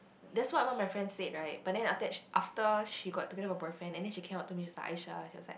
that's what my friend said right but then after that she after she got together with her boyfriend and then she came up to me she's Aisyah she was like